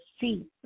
see